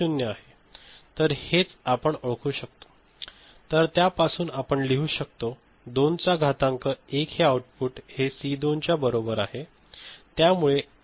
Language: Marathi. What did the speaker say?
तर हेच आपण ओळखू शकतो तर त्यापासून आपण लिहू शकतो 2 चा घातांक 1 हे आउटपुट हे सी 2 च्या बरोबर आहे